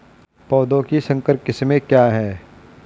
पौधों की संकर किस्में क्या हैं?